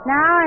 Now